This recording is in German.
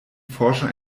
forscher